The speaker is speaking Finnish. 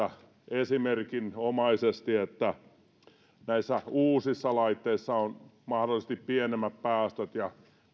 esimerkinomaisesti esiin että näissä uusissa laitteissa on mahdollisesti pienemmät päästöt ja